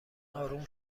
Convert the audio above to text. آروم